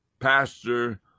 pastor